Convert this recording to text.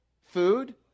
food